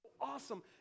awesome